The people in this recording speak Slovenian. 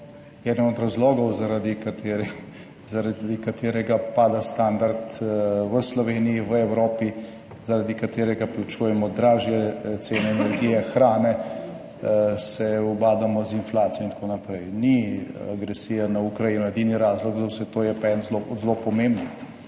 eden od razlogov zaradi katerih zaradi katerega pada standard v Sloveniji, v Evropi, zaradi katerega plačujemo dražje cene energije, hrane, se ubadamo z inflacijo in tako naprej, ni agresija na Ukrajino edini razlog za vse to, je pa en od zelo pomembnih.